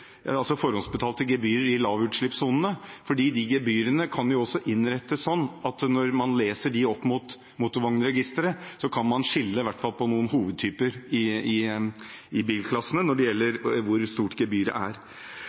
forhåndsbetalte gebyrer i lavutslippssonene, for de gebyrene kan også innrettes slik at når man leser dem opp mot Motorvognregisteret, kan man i hvert fall skille på noen hovedtyper i bilklassene når det gjelder hvor stort gebyret er.